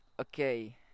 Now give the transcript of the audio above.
Okay